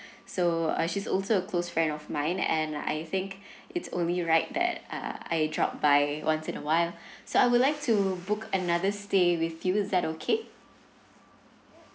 so uh she's also a close friend of mine and I think it's only right that uh I drop by once in a while so I would like to book another stay with you is that okay